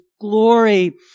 glory